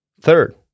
third